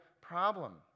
problem